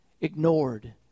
ignored